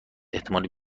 احتمال